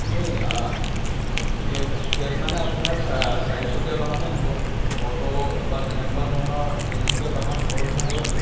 এনেই cab cab মানে আপোনাৰ চা চাৰিচকীয়া বাহনেই হ'ব অটো বা তেনেকুৱা ধৰণৰ তিনিচকীয়া বাহন উপলব্ধ হ'ব নেকি